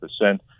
percent